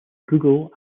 google